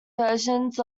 versions